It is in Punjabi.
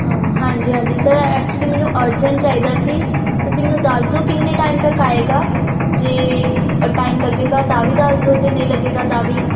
ਹਾਂਜੀ ਹਾਂਜੀ ਸਰ ਐਕਚਲੀ ਮੈਨੂੰ ਅਰਜੈਂਟ ਚਾਹੀਦਾ ਸੀ ਤੁਸੀਂ ਮੈਨੂੰ ਦੱਸ ਦਿਉ ਕਿੰਨੇ ਟਾਈਮ ਤੱਕ ਆਏਗਾ ਜੇ ਅ ਟਾਈਮ ਲੱਗੇਗਾ ਤਾਂ ਵੀ ਦੱਸ ਦਿਉ ਜੇ ਨਹੀਂ ਲੱਗੇਗਾ ਤਾਂ ਵੀ